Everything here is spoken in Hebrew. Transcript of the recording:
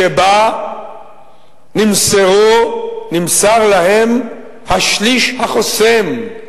שבה נמסר להם השליש החוסם,